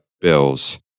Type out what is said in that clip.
bills